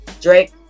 Drake